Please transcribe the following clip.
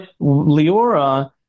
Leora